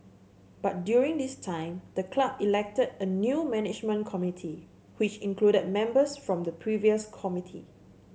but during this time the club elected a new management committee which included members from the previous committee